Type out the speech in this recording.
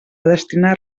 destinar